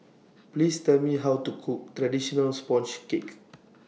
Please Tell Me How to Cook Traditional Sponge Cake